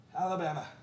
Alabama